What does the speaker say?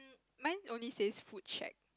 mine only says food check